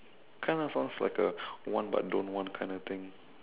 kind of sounds like a want but don't want kind of thing